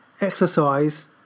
exercise